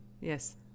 Yes